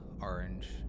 orange